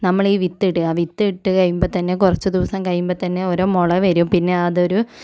നമ്മളീ വിത്തിടുക വിത്തിട്ട് കഴിയുമ്പം തന്നെ കുറച്ച് ദിവസം കഴിയുമ്പം തന്നെ ഓരോ മുള വരും പിന്നെ അതൊരു